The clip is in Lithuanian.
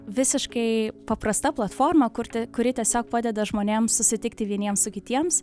visiškai paprasta platforma kurti kuri tiesiog padeda žmonėms susitikti vieniems su kitiems